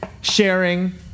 sharing